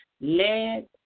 Let